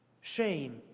shame